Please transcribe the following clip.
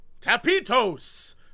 tapitos